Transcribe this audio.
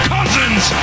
Cousins